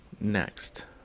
Next